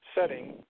setting